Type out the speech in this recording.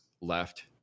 left